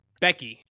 Becky